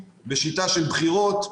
בשיטה של בחירות.